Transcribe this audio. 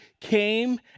came